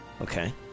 Okay